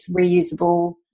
reusable